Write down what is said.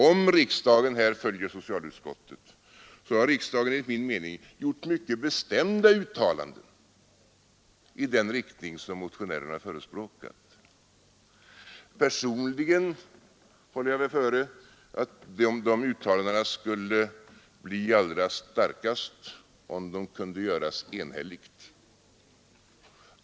Om riksdagen här följer socialutskottet, så har riksdagen enligt min mening gjort mycket bestämda uttalanden i den riktning som motionärerna förespråkat. Personligen håller jag före att de uttalandena skulle bli allra starkast om de kunde göras enhälligt.